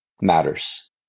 matters